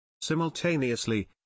Simultaneously